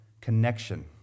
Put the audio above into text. connection